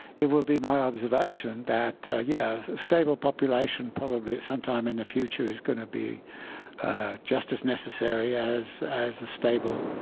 it would be my observation that, yeah, a stable population probably, at some time in the future, is going to be just as necessary as as a stable